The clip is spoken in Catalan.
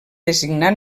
designat